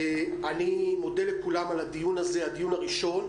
אני מודה לכולם על הדיון הראשון הזה.